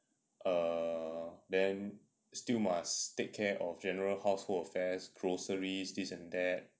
err then still must take care of general household affairs groceries this and that